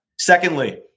Secondly